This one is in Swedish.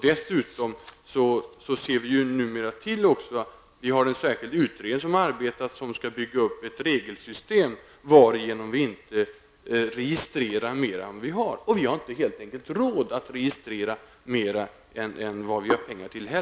Dessutom finns en särskild utredning som arbetar med att bygga upp ett regelsystem varigenom vi inte skall registrera mer än vi behöver. Vi har helt enkelt inte råd att registrera mer än vad vi har pengar till.